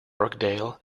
rockdale